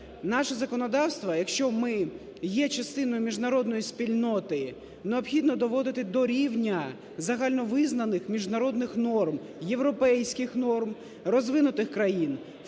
наше законодавство, якщо ми є частиною міжнародної спільноти, необхідно доводити до рівня загально визнаних міжнародних норм, європейських норм розвинутих країн.